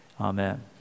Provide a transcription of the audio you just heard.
Amen